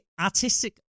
artistic